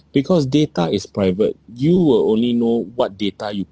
because data is private you will only know what data you